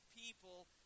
people